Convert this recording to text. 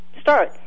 start